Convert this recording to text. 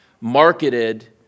marketed